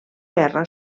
guerra